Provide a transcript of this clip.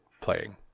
playing